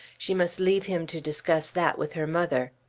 she must leave him to discuss that with her mother.